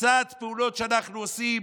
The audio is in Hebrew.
הקצת פעולות שאנחנו עושים,